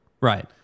Right